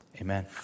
Amen